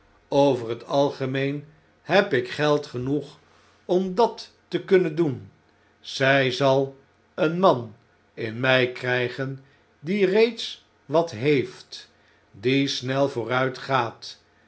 over het algemeen heb ik geld genoeg om dat te kunnen doen zy zal een man in my krjjgen die reeds wat heeft die snel vooruitgaat